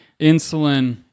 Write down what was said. Insulin